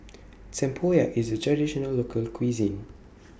Tempoyak IS A Traditional Local Cuisine